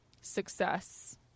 success